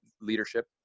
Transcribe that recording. leadership